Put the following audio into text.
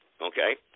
Okay